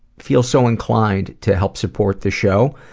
feel so inclined to help support the show,